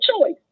choice